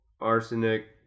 Arsenic